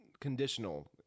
conditional